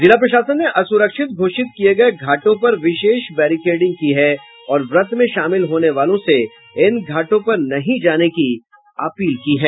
जिला प्रशासन ने असुरक्षित घोषित किये गये घाटों पर विशेष बैरिकेडिंग की है और व्रत में शामिल होने वालों से इन घाटों पर नहीं जाने की अपील की है